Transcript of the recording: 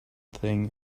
thing